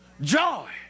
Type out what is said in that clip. joy